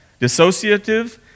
dissociative